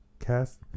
Cast